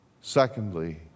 Secondly